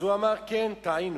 הוא אמר: כן, טעינו,